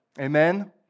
Amen